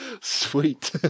Sweet